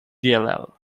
dll